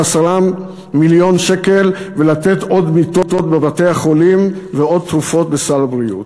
מיליון שקל ולתת עוד מיטות בבתי-החולים ועוד תרופות בסל הבריאות,